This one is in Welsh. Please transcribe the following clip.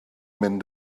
mynd